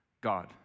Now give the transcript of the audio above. God